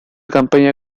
campaña